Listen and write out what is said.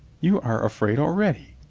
you are afraid already.